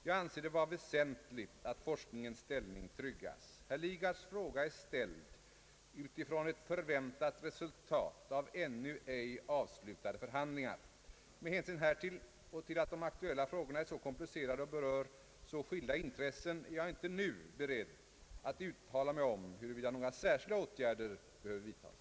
Jag anser det vara väsentligt att forskningens ställning tryggas. Herr Lidgards fråga är ställd utifrån ett förväntat resultat av ännu ej avslutade förhandlingar. Med hänsyn härtill och till att de aktuella frågorna är så komplicerade och berör så skilda intressen är jag inte nu beredd att uttala mig om huruvida några särskilda åtgärder behöver vidtas.